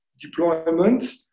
deployment